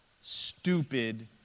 stupid